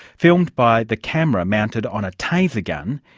filmed by the camera mounted on a taser gun,